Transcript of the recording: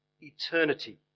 eternity